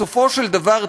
בסופו של דבר,